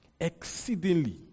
exceedingly